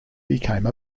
became